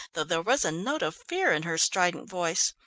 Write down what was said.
though there was a note of fear in her strident voice.